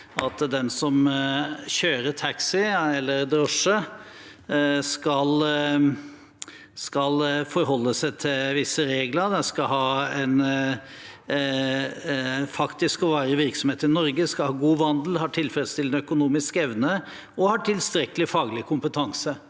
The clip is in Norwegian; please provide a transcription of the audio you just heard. at den som kjører drosje, skal forholde seg til visse regler. De skal ha en faktisk og varig virksomhet i Norge, god vandel, tilfredsstillende økonomisk evne og tilstrekkelig faglig kompetanse.